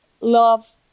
love